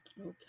Okay